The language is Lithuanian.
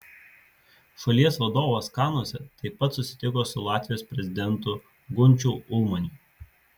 šalies vadovas kanuose taip pat susitiko su latvijos prezidentu gunčiu ulmaniu